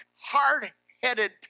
hard-headed